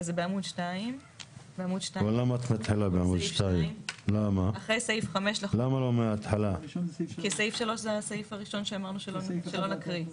בסעיף 2. סעיף 3 זה הסעיף הראשון שאמרנו שלא נקריא כרגע.